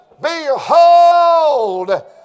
behold